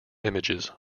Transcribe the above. images